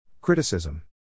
Criticism